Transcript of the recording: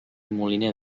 moliner